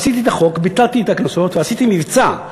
עשיתי את החוק, ביטלתי את הקנסות ועשיתי מבצע.